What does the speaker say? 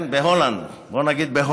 בהולנד, בוא נגיד.